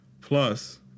Plus